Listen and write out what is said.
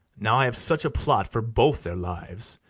now i have such a plot for both their lives,